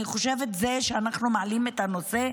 אני חושבת שזה שאנחנו מעלים את הנושא,